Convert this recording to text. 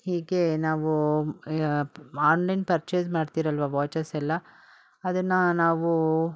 ಹೀಗೆ ನಾವು online purchase ಮಾಡ್ತೀರಲ್ವಾ ವಾಚಸ್ಸೆಲ್ಲ ಅದನ್ನು ನಾವು